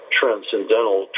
transcendental